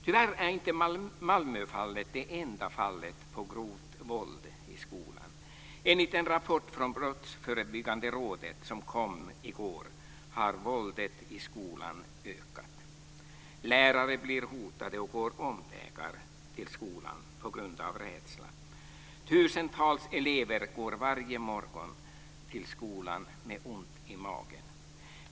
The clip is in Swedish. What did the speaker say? Tyvärr är inte Malmöfallet det enda exemplet på grovt våld i skolan. Enligt en rapport från Brottsförebyggande rådet som kom i går har våldet i skolan ökat. Lärare blir hotade och går omvägar till skolan på grund av rädsla. Tusentals elever går varje morgon till skolan med ont i magen.